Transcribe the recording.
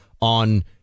on